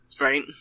right